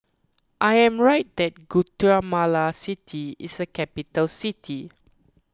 I am right that Guatemala City is a capital city